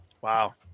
Wow